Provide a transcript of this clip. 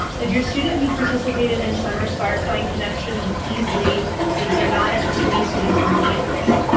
did your student who participated in summer start find connections easily since they're not as many students on campus?